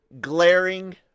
glaring